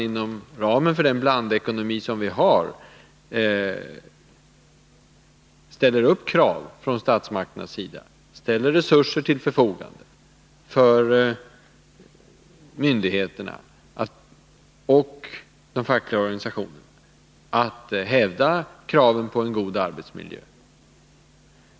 Inom ramen för den blandekonomi som vi har kan statsmakterna ställa krav på en god arbetsmiljö samt ge myndigheterna och de fackliga organisationerna resurser för att hävda dessa krav.